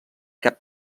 cap